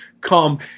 come